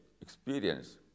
experience